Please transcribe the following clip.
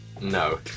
No